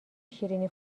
شیرینی